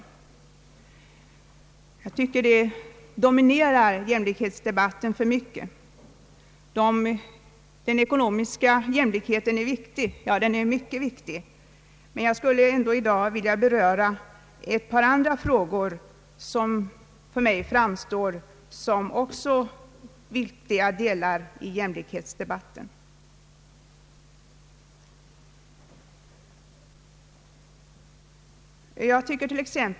De dominerar enligt mitt förmenande jämlikhetsdebatten i alltför stor utsträckning. Den ekonomiska jämlikheten är mycket viktig, men jag skulle ändå i dag vilja beröra ett par andra frågor som också de för mig framstår som viktiga delar i jämlikhetsdebatten.